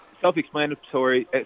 self-explanatory